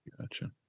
Gotcha